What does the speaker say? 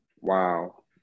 Wow